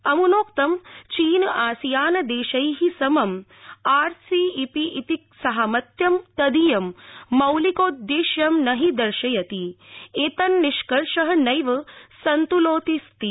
अमुनोक्तं चीन आसियान देशै समं आर सी ई पी इति साहमत्यं तदीयं मौलिकोदेश्यं न हि दर्शयति एतन्निष्कर्ष नैव सन्त्लितोऽस्ति